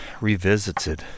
revisited